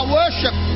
worship